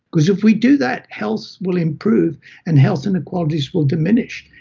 because if we do that, health will improve and health inequalities will diminish.